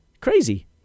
crazy